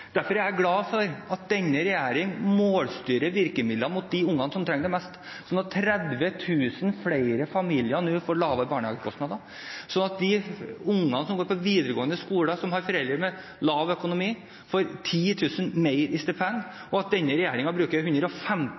Derfor er jeg glad for at denne regjeringen målstyrer virkemidlene mot de ungene som trenger det mest – at 30 000 flere familier nå får lavere barnehagekostnader, at de ungene som går på videregående skole og har foreldre med lav økonomi, får 10 000 kr mer i stipend. Denne regjeringen bruker